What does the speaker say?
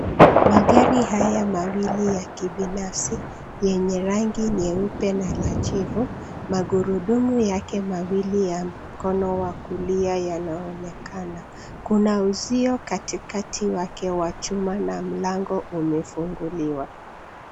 Magari haya mawili ya kibinafsi yenye rangi nyeupe na majivu, magurudumu yake mawili ya mkono wa kulia yanaonekana. Kuna uzio katikati wake wa chuma na mlango umefunguliwa.